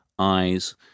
Eyes